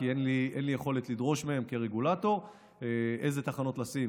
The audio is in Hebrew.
כי אין לי יכולת לדרוש מהם כרגולטור איזה תחנות לשים,